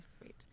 sweet